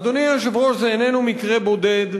אדוני היושב-ראש, זה איננו מקרה בודד.